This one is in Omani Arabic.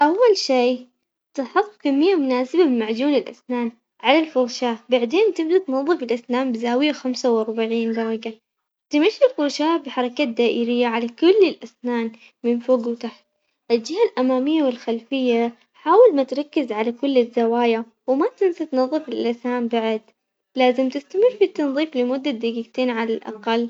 أول شي تحط كمية مناسبة من معجون الأسنان على الفرشاة، بعدين تبدا تنظف الأسنان بزاوية خمسة وأربعين درجة تمشي الفرشاة بحركات دائرية على كل الأسنان من فوق وتحت، الجهة الأمامية والخلفية حاول ما تركز على كل الزوايا وما تنسى تنظف اللسان بعد، لازم تستمر في التنظيف لمدة دقيقتين على الأقل.